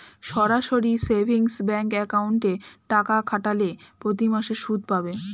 সরাসরি savings bank অ্যাকাউন্টে টাকা খাটালে প্রতিমাসে সুদ পাবে